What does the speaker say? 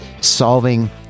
solving